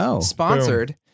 sponsored